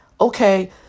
okay